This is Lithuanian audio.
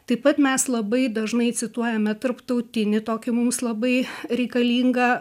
taip pat mes labai dažnai cituojame tarptautinį tokį mums labai reikalingą